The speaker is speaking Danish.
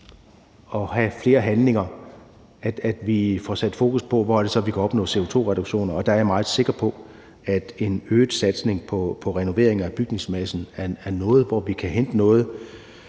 på flere områder, og at vi får sat fokus på, hvor det så er, vi kan opnå CO2-reduktioner, og der er jeg meget sikker på, at en øget satsning på renovering af bygningsmassen er et område, hvor vi kan hente noget,